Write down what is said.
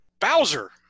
bowser